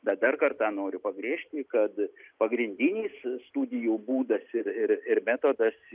bet dar kartą noriu pabrėžti kad pagrindinis studijų būdas ir ir ir metodas